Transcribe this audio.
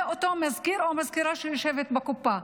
אותו מזכיר או מזכירה שיושבת בקופה.